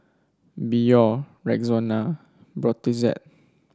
Biore Rexona Brotzeit